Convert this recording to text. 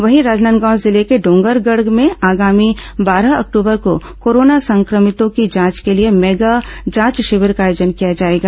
वहीं राजनांदगांव जिले के डोंगरगढ़ में आगामी बारह अक्टूबर को कोरोना संक्रमितों की जांच के लिए मेगा जांच शिविर का आयोजन किया जाएगा